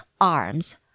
arms